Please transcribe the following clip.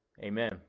amen